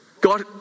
God